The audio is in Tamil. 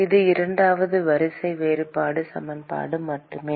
இது இரண்டாவது வரிசை வேறுபாடு சமன்பாடு மட்டுமே